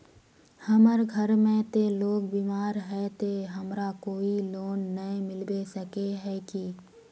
हमर घर में ते लोग बीमार है ते हमरा कोई लोन नय मिलबे सके है की?